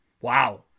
Wow